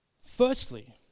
Firstly